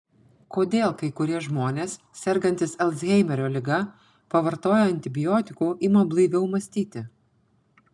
kodėl kai kurie žmonės sergantys alzheimerio liga pavartoję antibiotikų ima blaiviau mąstyti